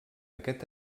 aquest